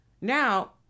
now